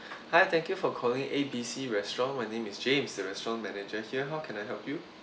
hi thank you for calling A B C restaurant my name is james the restaurant manager here how can I help you